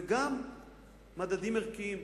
וגם מדדים ערכיים.